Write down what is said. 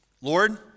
Lord